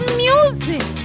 music